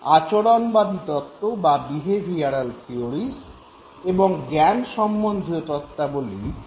আচরণবাদী তত্ত্ব বা behavioural theories এবং জ্ঞান সম্বন্ধীয় তত্ত্বাবলী বা কগনিটিভ থিয়োরিস